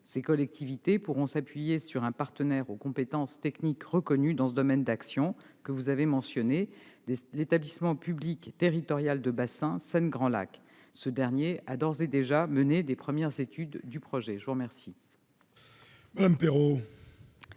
ces collectivités pourront s'appuyer sur un partenaire aux compétences techniques reconnues dans ce domaine d'action. Vous l'avez mentionné, il s'agit de l'établissement public territorial de bassin Seine Grands Lacs. Ce dernier a d'ores et déjà mené les premières études du projet. La parole